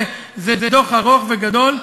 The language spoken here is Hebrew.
זה דוח ארוך וגדול.